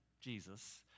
Jesus